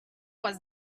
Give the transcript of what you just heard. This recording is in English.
was